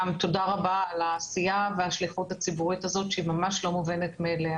תודה רבה ליושבת הראש שלקחה את הנושא ומובילה אותו ביד רמה.